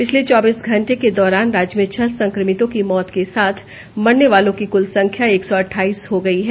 पिछले चौबीस घंटे के दौरान राज्य में छह संक्रमितों की मौत के साथ मरने वालों की कुल संख्या एक सौ अठाईस हो गई है